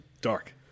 dark